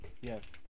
yes